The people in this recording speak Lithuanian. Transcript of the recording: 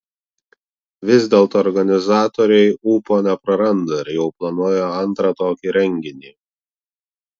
vis dėlto organizatoriai ūpo nepraranda ir jau planuoja antrą tokį renginį